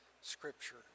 scripture